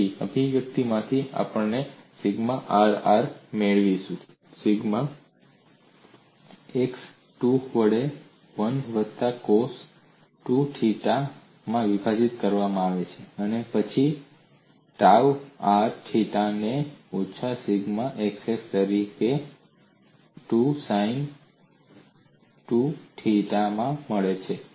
તેથી અભિવ્યક્તિમાંથી આપણે સિગ્મા rr મેળવીશું કારણ કે સિગ્મા xx ને 2 વડે 1 વત્તા કોસ 2 થીટા માં વિભાજિત કરવામાં આવે છે અને પછી ટાઉ r થીટા ને ઓછા સિગ્મા xx તરીકે 2 સાઈન 2 થીટા માં મળે છે